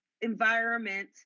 environment